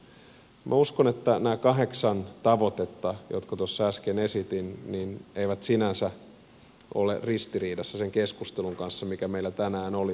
minä uskon että nämä kahdeksan tavoitetta jotka tuossa äsken esitin eivät sinänsä ole ristiriidassa sen keskustelun kanssa mikä meillä tänään oli